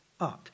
art